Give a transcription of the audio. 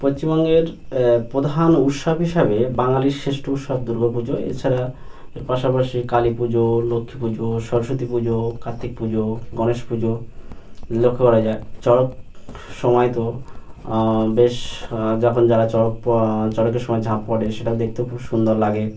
পশ্চিমবঙ্গের প্রধান উৎসব হিসাবে বাঙালির শ্রেষ্ঠ উৎসব দুর্গা পুজো এ ছাড়া এর পাশাপাশি কালী পুজো লক্ষ্মী পুজো সরস্বতী পুজো কার্তিক পুজো গণেশ পুজো লক্ষ্য করা যায় চড়কের সময় তো বেশ যখন যারা চড়ক চড়কের সময় ঝাঁপ পড়ে সেটাও দেখতেও খুব সন্দর লাগে